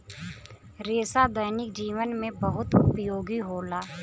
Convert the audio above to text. रेसा दैनिक जीवन में बहुत उपयोगी होला